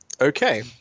okay